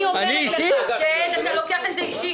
אתה לוקח את זה אישית,